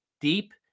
deep